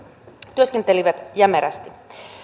työskentelivät jämerästi